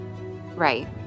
Right